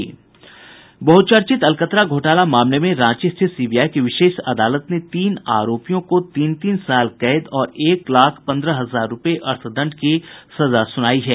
बह्चर्चित अलकतरा घोटाला मामले में रांची स्थित सीबीआई की विशेष अदालत ने तीन आरोपियों को तीन तीन साल कैद और एक लाख पन्द्रह हजार रूपये अर्थदंड की सजा सुनाई है